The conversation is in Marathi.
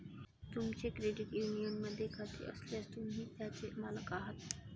तुमचे क्रेडिट युनियनमध्ये खाते असल्यास, तुम्ही त्याचे मालक आहात